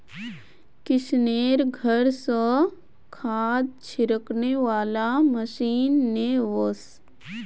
किशनेर घर स खाद छिड़कने वाला मशीन ने वोस